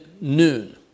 noon